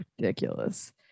ridiculous